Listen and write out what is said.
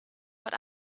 but